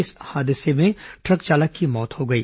इस हादसे में ट्रक चालक की मौत हो गई